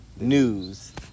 news